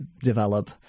develop